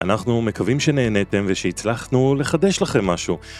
אנחנו מקווים שנהניתם ושהצלחנו לחדש לכם משהו.